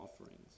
offerings